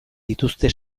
dizute